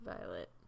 Violet